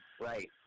Right